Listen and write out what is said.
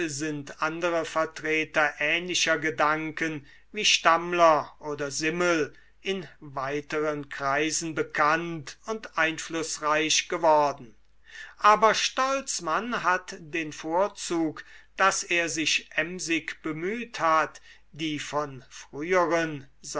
sind andere vertreter ähnlicher gedanken wie stammler oder simmel in weiteren kreisen bekannt und einflußreich geworden aber stolzmann hat den vorzug daß er sich emsig bemüht hat die von früheren